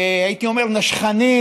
בוודאי, הייתי אומר נשכנית,